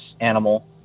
animal